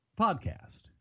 podcast